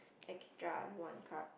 extra one cup